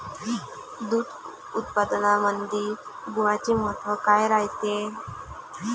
दूध उत्पादनामंदी गुळाचे महत्व काय रायते?